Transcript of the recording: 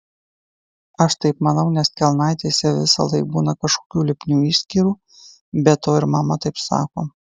aš taip manau nes kelnaitėse visąlaik būna kažkokių lipnių išskyrų be to ir mama taip sako